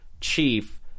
Chief